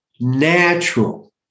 natural